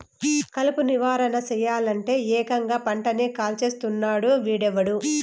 కలుపు నివారణ సెయ్యలంటే, ఏకంగా పంటని కాల్చేస్తున్నాడు వీడెవ్వడు